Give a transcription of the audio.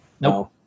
no